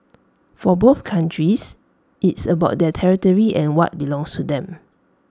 for both countries it's about their territory and what belongs to them